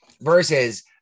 Versus